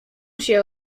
się